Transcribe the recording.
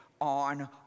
on